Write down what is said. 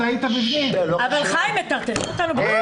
תעדכן אותנו.